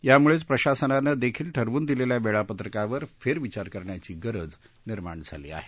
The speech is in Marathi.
त्यामुळेच प्रशासनाने देखील ठरवुन दिलेल्या वेळापत्रकावर फेर विचाराची गरज निर्माण झाली आहे